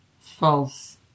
false